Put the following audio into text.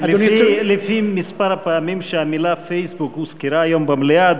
לפי מספר הפעמים שהמילה פייסבוק הוזכרה היום במליאה,